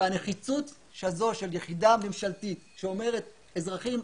הנחיצות של יחידה ממשלתית שאומרת אזרחים,